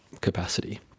capacity